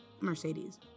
Mercedes